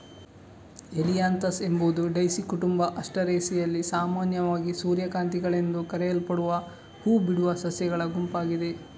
Helianthus ಎಂಬುದು daisy ಕುಟುಂಬ ಆಸ್ಟರೇಸಿಯಲ್ಲಿ ಸಾಮಾನ್ಯವಾಗಿ ಸೂರ್ಯಕಾಂತಿಗಳೆಂದು ಕರೆಯಲ್ಪಡುವ ಹೂ ಬಿಡುವ ಸಸ್ಯಗಳ ಗುಂಪಾಗಿದೆ